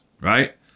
right